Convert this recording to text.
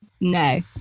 No